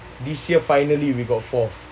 this year finally we got fourth